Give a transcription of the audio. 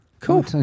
Cool